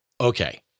Okay